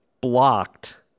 blocked